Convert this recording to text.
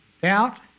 Doubt